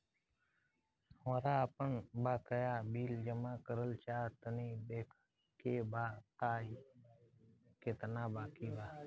हमरा आपन बाकया बिल जमा करल चाह तनि देखऽ के बा ताई केतना बाकि बा?